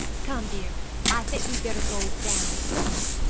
come, dear i think we'd better go down to-night.